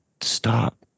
stop